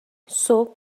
صبح